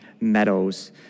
meadows